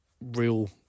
real